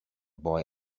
boy